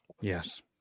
Yes